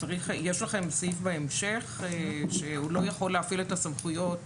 יש לכם סעיף בהמשך שהוא לא יכול להפעיל את הסמכויות